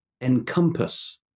Encompass